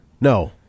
No